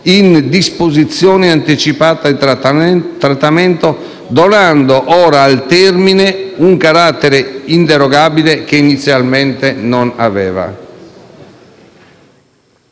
in disposizione anticipata di trattamento, donando ora al termine un carattere inderogabile, che inizialmente non aveva.